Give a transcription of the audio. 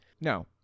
No